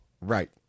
Right